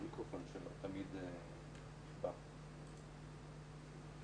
כאן חברתי, עורכת דין רויטל לן, שהנושא אינו קשור.